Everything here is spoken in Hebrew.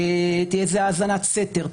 תהיה זו האזנת סתר,